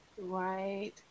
Right